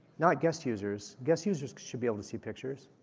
not guest users. guest users should be able to see pictures.